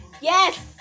Yes